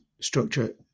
structure